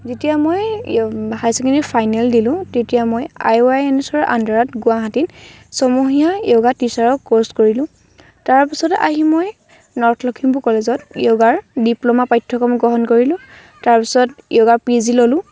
যেতিয়া মই higher secondary final দিলোঁ তেতিয়া মই আই ৱাই এনছৰ আণ্ডাৰত গুৱাহাটীত ছমহীয়া যোগা টীচাৰৰ কোৰ্ছ কৰিলোঁ তাৰ পিছত আহি মই নৰ্থ লখিমপুৰ কলেজ মই যোগাৰ ডিপ্ল'মা পাঠ্যক্ৰম গ্ৰহণ কৰিলোঁ তাৰ পিছত যোগা পি জি ল'লোঁ